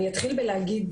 אני אתחיל בלהגיד